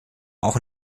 auch